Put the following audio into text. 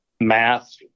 math